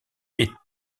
est